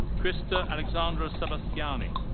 crista alexandria sebastiani.